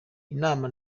inama